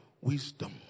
wisdom